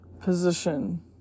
position